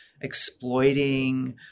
exploiting